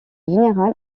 générale